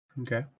Okay